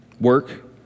work